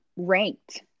ranked